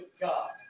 god